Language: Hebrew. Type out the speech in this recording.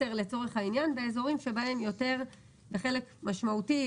מסר לצורך העניין באזורים בהם יותר - בחלק משמעותי,